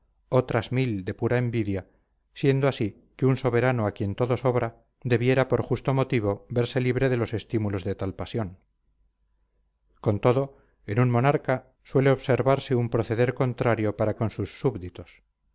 otras mil de pura envidia siendo así que un soberano a quien todo sobra debiera por justo motivo verse libre de los estímulos de tal pasión con todo en un monarca suele observarse un proceder contrario para con sus súbditos